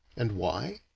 and why?